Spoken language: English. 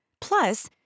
Plus